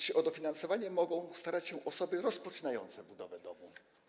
Czy o dofinansowanie mogą starać się osoby rozpoczynające budowę domu?